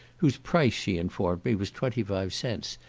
whose price, she informed me, was twenty-five cents,